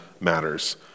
matters